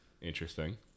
Interesting